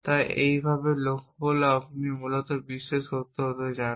তাই একইভাবে লক্ষ্য হল আপনি মূলত বিশ্বে সত্য হতে চান